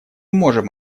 можем